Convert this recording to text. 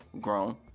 grown